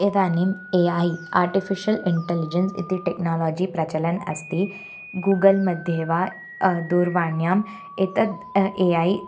इदानीम् A I artificial intelligence इति technology प्रचलन् अस्ति गुगल् मध्ये वा दूर्वाण्याम् एतद् ए ऐ